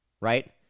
right